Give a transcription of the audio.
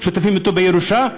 שותפים אתו בירושה,